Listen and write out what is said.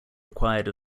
required